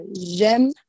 J'aime